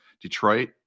Detroit